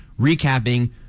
recapping